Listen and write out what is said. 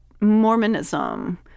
Mormonism